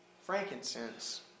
frankincense